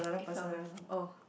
it felt very long oh